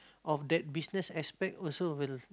of that business aspect also will